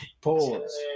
pause